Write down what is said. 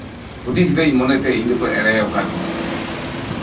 ᱦᱩᱫᱤᱥ ᱫᱟᱹᱧ ᱤᱧ ᱫᱚᱠᱚ ᱮᱲᱮ ᱠᱟᱫᱤᱧᱟ